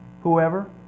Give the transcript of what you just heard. whoever